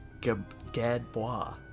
Gadbois